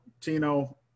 Tino